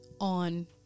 on